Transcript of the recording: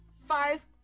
Five